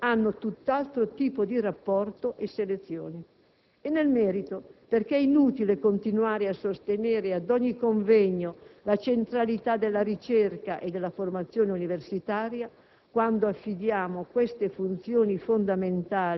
e il punto semmai sarà quello di passare da un intervento che si limita al settore pubblico ad un'azione incisiva e generalizzata che cancelli la precarietà dall'orizzonte di vita delle giovani generazioni.